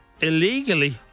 Illegally